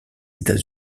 états